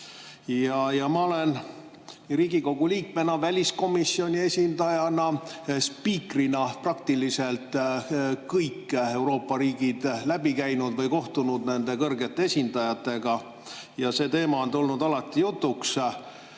Ma olen Riigikogu liikmena, väliskomisjoni esindajana, spiikrina praktiliselt kõik Euroopa riigid läbi käinud ja kohtunud nende kõrgete esindajatega ja see teema on alati jutuks